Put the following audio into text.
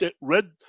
red